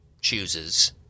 chooses